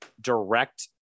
direct